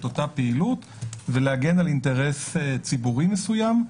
אותה פעילות ולהגן על אינטרס ציבורי מסוים.